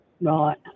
Right